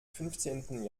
fünfzehnten